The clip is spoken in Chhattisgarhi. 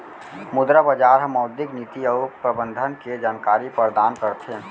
मुद्रा बजार ह मौद्रिक नीति अउ प्रबंधन के जानकारी परदान करथे